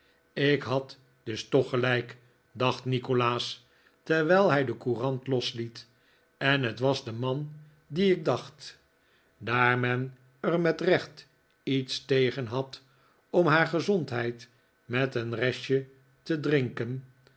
ik had dus toch gelijk dacht nikolaas terwijl hij de courant losliet en het was de man dien ik dacht daar men er met recht lets tegen had om haar gezondheid met een restje te drinken